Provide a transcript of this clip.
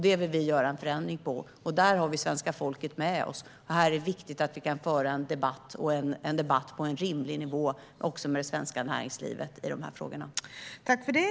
Det vill vi förändra, och vi har svenska folket med oss. Därför är det viktigt att vi kan föra en debatt på en rimlig nivå i dessa frågor också med det svenska näringslivet.